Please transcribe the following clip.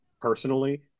personally